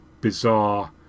bizarre